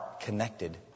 connected